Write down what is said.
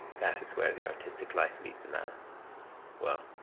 that is where the artistic life leads a man well,